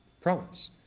promise